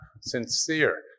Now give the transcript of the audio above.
sincere